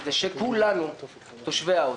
זה שכולנו תושבי העוטף.